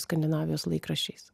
skandinavijos laikraščiais